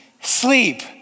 sleep